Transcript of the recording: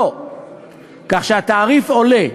כך שהתעריף עולה.